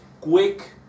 quick